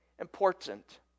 important